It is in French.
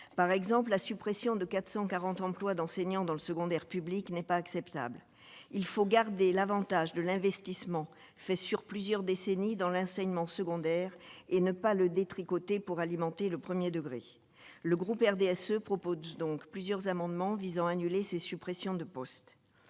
par exemple la suppression de 440 emplois d'enseignants dans le secondaire public n'est pas acceptable, il faut garder l'Avantage de l'investissement fait sur plusieurs décennies dans l'enseignement secondaire et ne pas le détricoter pour alimenter le 1er degré le groupe RDSE propose donc plusieurs amendements visant à annuler ces suppressions de postes